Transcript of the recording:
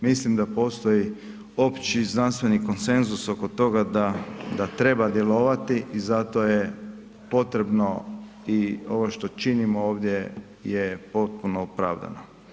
Mislim da postoji opći znanstveni konsenzus oko toga da treba djelovati i zato je potrebno i ovo što činimo ovdje je potpuno opravdano.